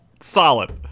Solid